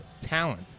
talent